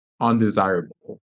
undesirable